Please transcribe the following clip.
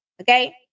okay